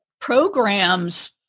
programs